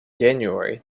january